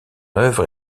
œuvre